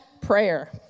prayer